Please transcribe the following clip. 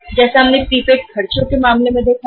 जैसा कि हमने प्रीपेड खर्चों के मामले में देखा है